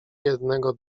jednego